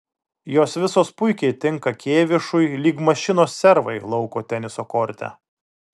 jos visos puikiai tinka kėvišui lyg mašinos servai lauko teniso korte